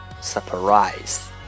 surprise